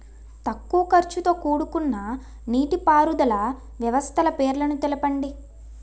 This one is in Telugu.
తక్కువ ఖర్చుతో కూడుకున్న నీటిపారుదల వ్యవస్థల పేర్లను తెలపండి?